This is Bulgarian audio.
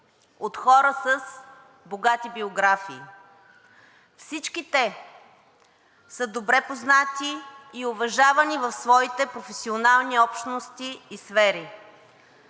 от хора с богати биографии. Всички те са добре познати и уважавани в своите професионални общности и сфери.